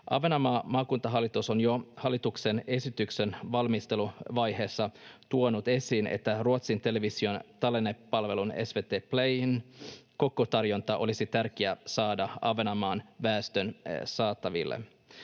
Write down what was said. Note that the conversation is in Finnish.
Ahvenanmaan maakuntahallitus on jo hallituksen esityksen valmisteluvaiheessa tuonut esiin, että Ruotsin television tallennepalvelun SVT Playn koko tarjonta olisi tärkeää saada Ahvenanmaan väestön saataville.